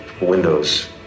windows